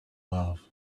love